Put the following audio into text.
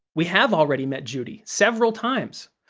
we have already met judy, several times!